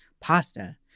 pasta